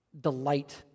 delight